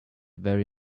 very